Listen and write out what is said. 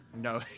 No